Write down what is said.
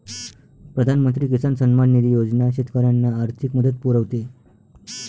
प्रधानमंत्री किसान सन्मान निधी योजना शेतकऱ्यांना आर्थिक मदत पुरवते